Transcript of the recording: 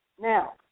Now